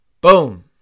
Boom